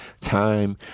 time